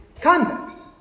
Context